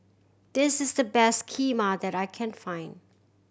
this is the best Kheema that I can find